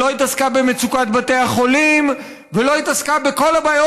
לא התעסקה במצוקת בתי החולים ולא התעסקה בכל הבעיות